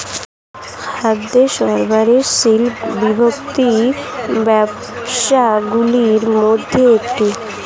খাদ্য সরবরাহ শিল্প বৃহত্তম ব্যবসাগুলির মধ্যে একটি